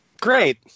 Great